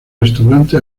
restaurante